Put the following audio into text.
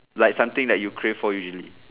like something that you crave for usually